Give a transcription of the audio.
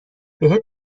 بهت